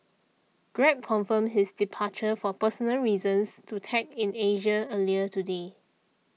grab confirmed his departure for personal reasons to Tech in Asia earlier today